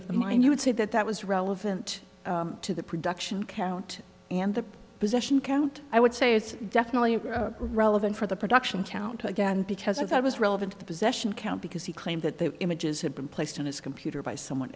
of the mind you would say that that was relevant to the production count and the possession count i would say it's definitely relevant for the production count again because i was relevant to the possession count because he claimed that the images had been placed on his computer by someone